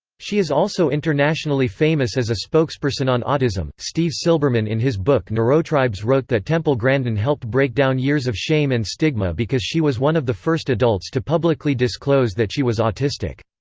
she is also internationally famous as a spokesperson on autism steve silberman in his book neurotribes wrote that temple grandin helped break down years of shame and stigma because she was one of the first adults to publicly disclose that she was autistic.